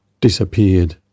disappeared